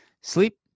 sleep